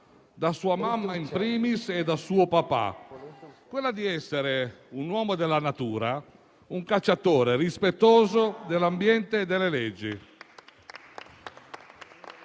(da sua mamma, *in primis*, e da suo papà): egli è un uomo della natura, un cacciatore rispettoso dell'ambiente e delle leggi.